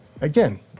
again